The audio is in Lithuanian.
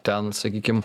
ten sakykim